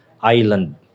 island